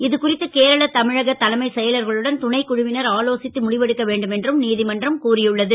இது குறித்து கேரள தமிழக தலைமைச் செயலர்களுடன் துணைக் குழுவினர் ஆலோசித்து முடிவெடுக்க வேண்டும் என்றும் நீ மன்றம் கூறியுள்ளது